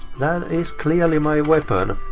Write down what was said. that is clearly my weapon.